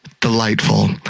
Delightful